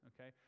okay